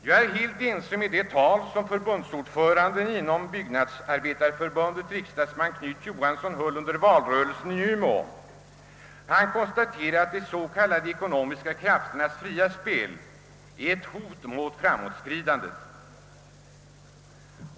Jag instämmer helt i det tal som byggnadsarbetarförbundets ordförande riksdagsman Knut Johansson under valrörelsen höll i Umeå. Han konstaterade att de s.k. ekonomiska krafternas fria spel är ett hot mot framåtskridandet.